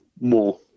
more